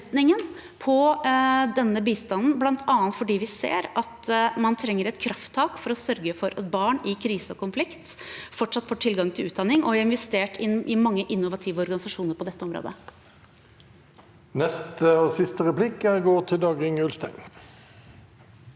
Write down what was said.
vi ser at man trenger et krafttak for å sørge for at barn i krise og konflikt fortsatt får tilgang til utdanning, og vi har investert i mange innovative organisasjoner på dette området. Dag-Inge Ulstein